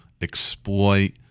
exploit